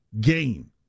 game